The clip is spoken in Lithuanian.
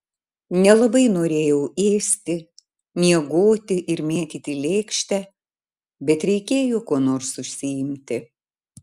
nelabai norėjau ėsti miegoti ir mėtyti lėkštę bet reikėjo kuo nors užsiimti